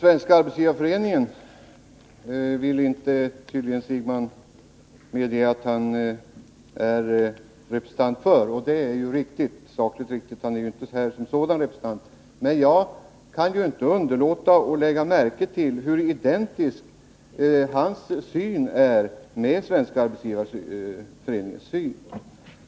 Herr talman! Bo Siegbahn vill tydligen inte medge att han är representant för Svenska arbetsgivareföreningen, och det är ju sakligt riktigt — han är inte här som representant för SAF. Men jag kan inte undgå att lägga märke till hur identisk hans syn är med Svenska arbetsgivareföreningens syn.